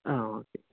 ഹ്ഹ ഓക്കേ